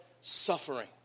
suffering